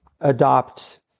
adopt